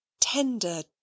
tender